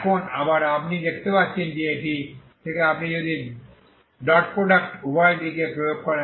এখন আবার আপনি দেখতে পাচ্ছেন যে এটি থেকে আপনি যদি ডট প্রোডাক্ট উভয় দিকে প্রয়োগ করেন